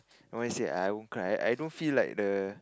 what am I say I won't cry I don't feel like the